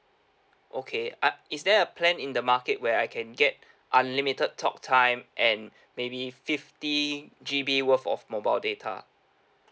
okay uh is there a plan in the market where I can get unlimited talk time and maybe fifty G_B worth of mobile data